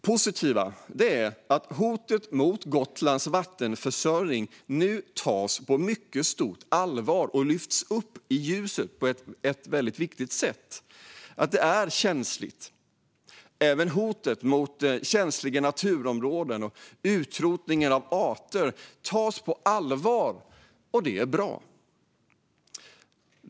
Positivt är att hotet mot Gotlands vattenförsörjning nu tas på mycket stort allvar och lyfts upp i ljuset på ett väldigt viktigt sätt, och att det är känsligt. Även hotet mot känsliga naturområden och utrotningen av arter tas på allvar, och det är bra.